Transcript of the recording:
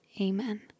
Amen